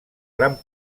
gran